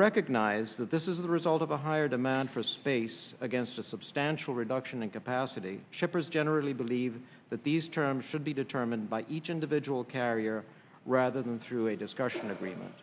recognize that this is the result of a higher demand for space against a substantial reduction in capacity shippers generally believe that these terms should be determined by each individual carrier rather than through a discussion agreement